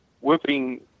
whipping